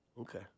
Okay